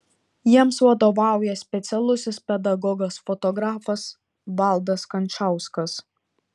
jiems vadovauja specialusis pedagogas fotografas valdas kančauskas